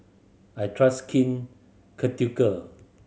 I trust Skin Ceutical